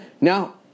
Now